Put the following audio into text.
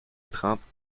étreinte